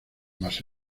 más